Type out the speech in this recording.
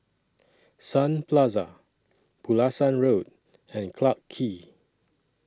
Sun Plaza Pulasan Road and Clarke Quay